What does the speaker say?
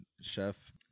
chef